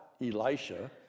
Elisha